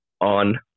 on